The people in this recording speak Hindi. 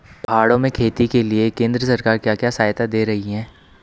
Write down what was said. पहाड़ों में खेती के लिए केंद्र सरकार क्या क्या सहायता दें रही है?